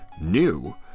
New